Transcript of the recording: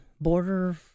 Border